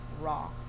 raw